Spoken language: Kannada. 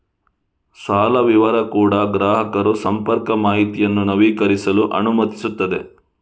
ಸಾಲ ವಿವರ ಕೂಡಾ ಗ್ರಾಹಕರು ಸಂಪರ್ಕ ಮಾಹಿತಿಯನ್ನು ನವೀಕರಿಸಲು ಅನುಮತಿಸುತ್ತದೆ